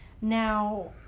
Now